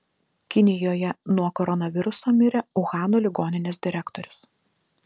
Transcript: kinijoje nuo koronaviruso mirė uhano ligoninės direktorius